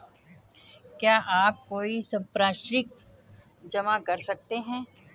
क्या आप कोई संपार्श्विक जमा कर सकते हैं?